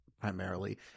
primarily